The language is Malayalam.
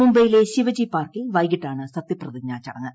മുംബൈയിലെ ശിവജി പാർക്കിൽ വൈകിട്ടാണ് സത്യപ്രതിജ്ഞ ചടങ്ങ്